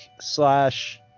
slash